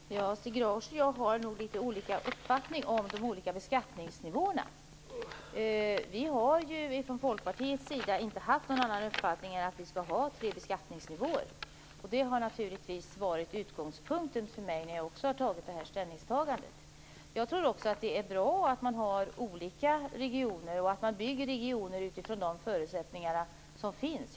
Herr talman! Stig Grauers och jag har nog litet olika uppfattningar om de olika beskattningsnivåerna. Vi har ju från folkpartiets sida inte haft någon annan uppfattning än att det skall vara tre beskattningsnivåer. Det har naturligtvis också varit utgångspunkten för mig när jag har gjort mitt ställningstagande. Jag tror också att det är bra att ha olika regioner och att regionerna byggs utifrån de förutsättningar som finns.